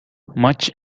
maç